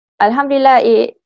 Alhamdulillah